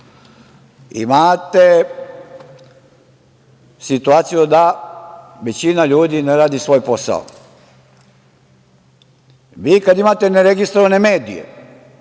imate situaciju da većina ljudi ne radi svoj posao. Vi kada imate neregistrovane medije,